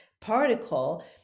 particle